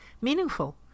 meaningful